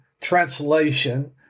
Translation